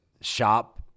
shop